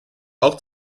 auch